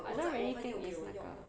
I don't really think is 那个